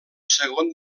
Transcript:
segon